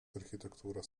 architektūros